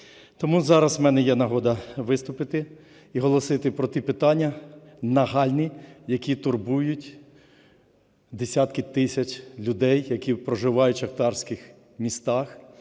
Тому зараз у мене є нагода виступити і оголосити про ті питання нагальні, які турбують десятки тисяч людей, які проживають у шахтарських містах